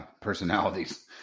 personalities